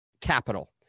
capital